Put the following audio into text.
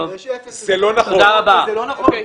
זה לא נכון.